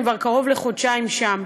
הם כבר קרוב לחודשיים שם.